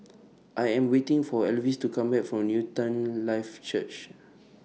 I Am waiting For Elvis to Come Back from Newton Life Church